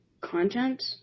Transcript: Content